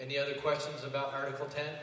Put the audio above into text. and the other questions about article te